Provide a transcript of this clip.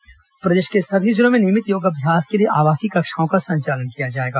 योग आवासीय कक्षा प्रदेश के सभी जिलों में नियमित योगाभ्यास के लिए आवासीय कक्षाओं का संचालन किया जाएगा